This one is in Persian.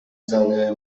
زنه